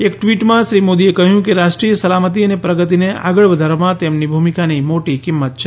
એક ટ્વિટમાં શ્રી મોદીએ કહ્યું કે રાષ્ટ્રીય સ લામતી અને પ્રગતિને આગળ વધારવામાં તેમની ભૂમિકાની મોટી કિંમત છે